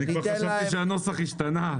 אני כבר חשבתי שהנוסח השתנה.